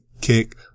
kick